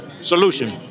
solution